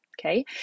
okay